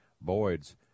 Boyd's